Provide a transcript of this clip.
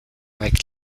avec